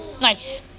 Nice